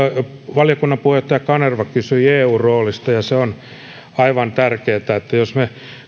valiokunnan puheenjohtaja kanerva kysyi eun roolista ja se on aivan tärkeätä jos me